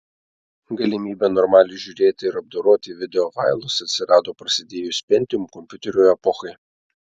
galimybė normaliai žiūrėti ir apdoroti videofailus atsirado prasidėjus pentium kompiuterių epochai